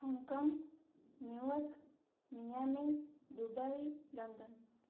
Hong Kong New York Miami Dubai London